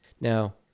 Now